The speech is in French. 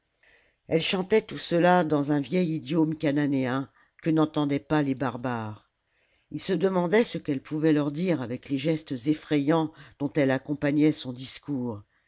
elle chantait tout cela dans un vieil idiome chananéen que n'entendaient pas les barbares ils se demandaient ce qu'elle pouvait leur dire avec les gestes effrayants dont elle accompagnait son discours